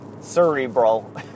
Cerebral